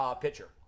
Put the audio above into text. pitcher